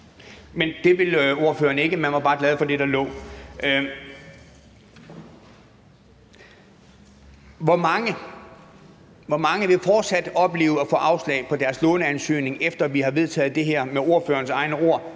Men det ville ordføreren ikke. Man var bare glad for det, der lå. Hvor mange vil fortsat opleve at få afslag på deres låneansøgning, efter at vi har vedtaget det her, med ordførerens egne ord,